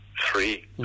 three